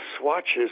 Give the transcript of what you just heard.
swatches